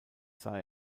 sah